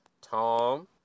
Tom